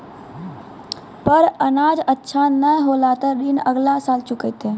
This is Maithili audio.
पर अनाज अच्छा नाय होलै तॅ ऋण अगला साल चुकैतै